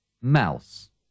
Mouse